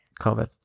COVID